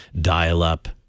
dial-up